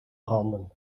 branden